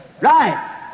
Right